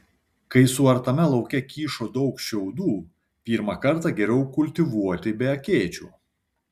kai suartame lauke kyšo daug šiaudų pirmą kartą geriau kultivuoti be akėčių